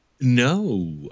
no